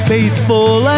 Faithful